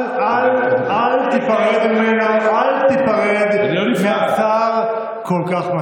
אל תיפרד ממנו, אל תיפרד מהשר כל כך מהר.